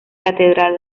catedral